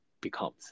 becomes